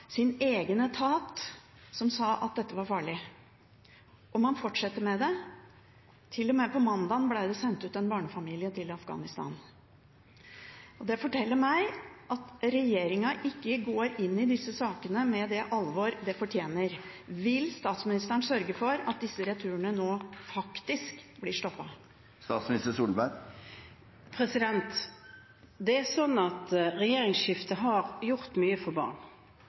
sin egen etat som sa at dette var farlig. Og man fortsetter med det, til og med på mandag ble det sendt ut en barnefamilie til Afghanistan. Det forteller meg at regjeringen ikke går inn i disse sakene med det alvoret de fortjener. Vil statsministeren sørge for at disse returene nå faktisk blir stoppet? Regjeringsskiftet har gjort mye for barn. Det er altså nå ca. 60 barn som har